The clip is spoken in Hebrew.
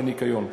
השמירה והניקיון.